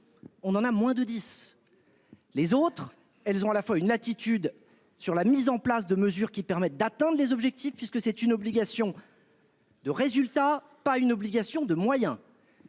On en a moins de 10. Les autres, elles ont à la fois une attitude sur la mise en place de mesures qui permettent d'atteindre les objectifs puisque c'est une obligation. De résultat pas une obligation de moyens.